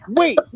wait